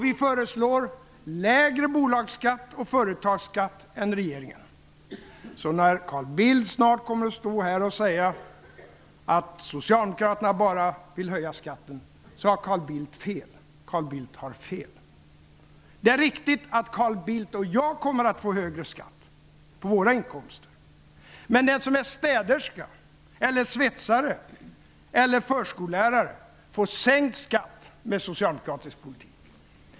Vi föreslår också lägre bolags och företagsskatt än regeringen. När Carl Bildt snart kommer att stå här i talarstolen och säga att socialdemokraterna bara vill höja skatten, så har han fel. Carl Bildt har fel! Det är riktigt att Carl Bildt och jag kommer att få höjd skatt på våra inkomster. Men den som är städerska, svetsare eller förskollärare får sänkt skatt med socialdemokratisk politik.